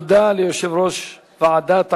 תודה ליושב-ראש ועדת העבודה,